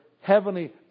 heavenly